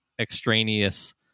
extraneous